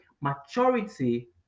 maturity